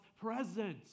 presence